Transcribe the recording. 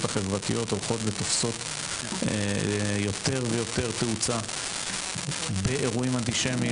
החברתיות הולכות ותופסות יותר ויותר תאוצה באירועים אנטישמיים